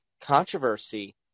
controversy